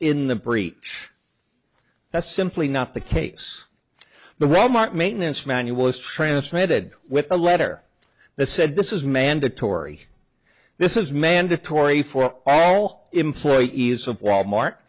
in the breach that's simply not the case the wal mart maintenance manual is transmitted with a letter that said this is mandatory this is mandatory for all employees ease of wal mart